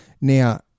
now